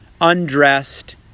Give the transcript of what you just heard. undressed